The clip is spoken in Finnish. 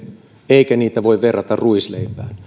eikä niitä voi verrata ruisleipään